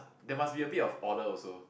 they must be a bit of order also